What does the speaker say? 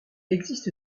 existe